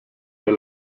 der